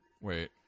Wait